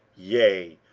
yea,